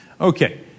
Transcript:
Okay